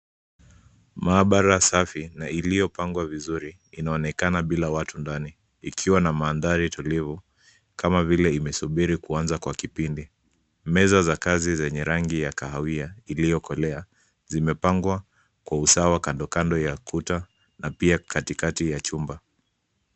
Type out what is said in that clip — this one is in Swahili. Maabara safi na iliyopangwa vizuri inaonekana bila watu ndani ikiwa na mandhari tulivu kama vile imesubiri kuanza kwa kipindi. Meza za kazi zenye rangi ya kahawia iliyokolea zimepangwa kwa usawa kando kando ya ukuta na pia katikati ya chumba.